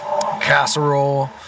casserole